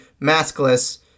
maskless